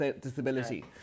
disability